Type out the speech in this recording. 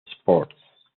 sports